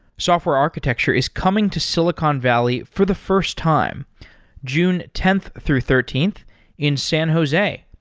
software architecture is coming to silicon valley for the first time june tenth through thirteenth in san jose.